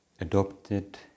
adopted